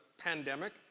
pandemic